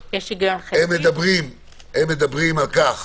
הם עובדים על תוכנית, הם מדברים על כך